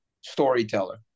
storyteller